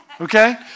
okay